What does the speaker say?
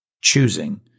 choosing